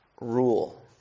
rule